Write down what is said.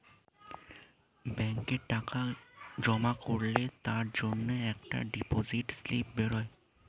ব্যাংকে টাকা জমা করলে তার জন্যে একটা ডিপোজিট স্লিপ বেরোয়